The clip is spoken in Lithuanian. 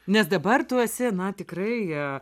nes dabar tu esi na tikrai